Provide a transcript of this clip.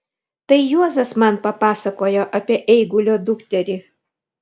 tai juozas man papasakojo apie eigulio dukterį